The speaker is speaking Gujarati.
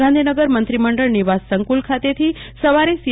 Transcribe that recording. ગાંધીનગર મંત્રીમંડળ નિવાસ સંકુલ ખાતેથી સવારે સી